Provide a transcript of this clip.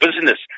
business